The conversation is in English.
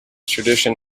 tradition